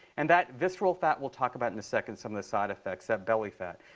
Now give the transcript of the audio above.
and that visceral fat we'll talk about in a second, some of the side effects, that belly fat.